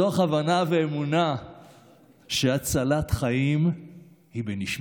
מתוך הבנה ואמונה שהצלת חיים היא בנשמתי.